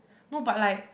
no but like